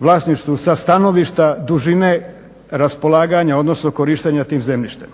vlasništvu sa stanovišta dužine raspolaganja odnosno korištenja tim zemljištem.